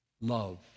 Love